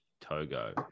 togo